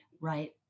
right